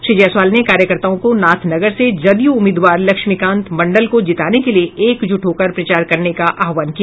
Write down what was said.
श्री जयसवाल ने कार्यकर्ताओ को नाथनगर से जदयू उम्मीदवार लक्ष्मीकांत मंडल को जिताने के लिए एकजुट होकर प्रचार करने का आह्वान किया